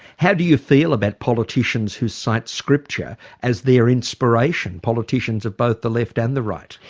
how do you feel about politicians who cite scripture as their inspiration politicians of both the left and the right?